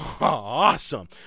Awesome